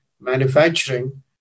manufacturing